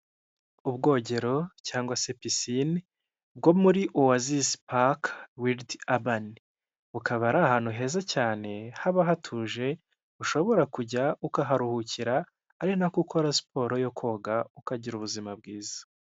Ubwogero cyangwa pisine, bwo muri uwazizi paka wiridi abani. Bukaba ari ari ahantu heza cyane, haba hatuje, ushobora kujya ukaharuhukira, ari nako ukora siporo yo koga, ukagira ubuzima bwiza.